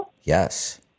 Yes